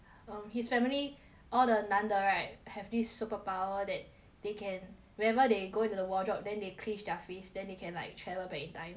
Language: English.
um his family all the 男的 right have this superpower that they can whenever they go into the wardrobe then they clinched their fist then they can like travel back in time